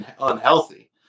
unhealthy